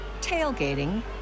tailgating